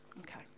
Okay